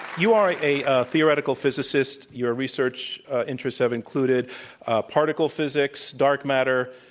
you are a theoretical physicist. your research interests have included partial physics, dark matter,